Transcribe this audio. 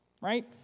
right